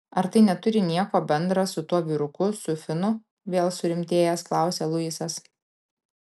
ar tai neturi nieko bendra su tuo vyruku su finu vėl surimtėjęs klausia luisas